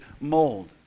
mold